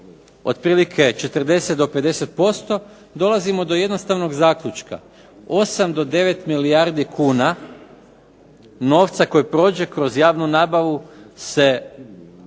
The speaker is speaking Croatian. otprilike 40 do 50%, dolazimo do jednostavnog zaključka 8 do 9 milijardi kuna novca koji prođe kroz javnu nabavu se